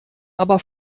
aber